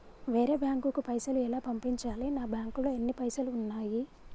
వేరే బ్యాంకుకు పైసలు ఎలా పంపించాలి? నా బ్యాంకులో ఎన్ని పైసలు ఉన్నాయి?